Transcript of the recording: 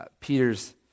Peter's